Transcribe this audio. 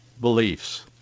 beliefs